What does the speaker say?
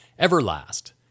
Everlast